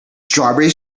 strawberry